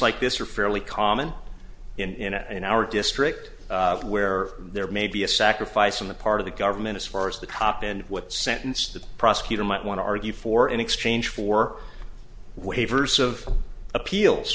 like this are fairly common in our district where there may be a sacrifice on the part of the government as far as the top and what sentence the prosecutor might want to argue for in exchange for waivers of appeals